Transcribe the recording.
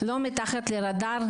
לא מתחת לרדאר,